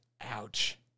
ouch